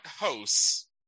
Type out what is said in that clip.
hosts